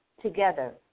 together